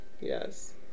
Yes